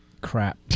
Crap